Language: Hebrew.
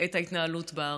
את ההתנהלות בערים.